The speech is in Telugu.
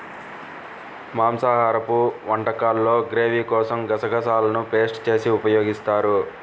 మాంసాహరపు వంటకాల్లో గ్రేవీ కోసం గసగసాలను పేస్ట్ చేసి ఉపయోగిస్తారు